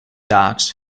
dogs